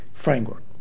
Framework